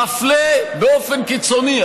מפלה באופן קיצוני.